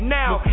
now